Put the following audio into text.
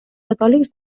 catòlics